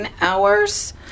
hours